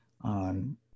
on